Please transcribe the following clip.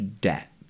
debt